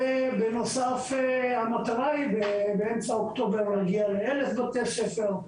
בנוסף המטרה היא באמצע אוקטובר להגיע לאלף בתי ספר.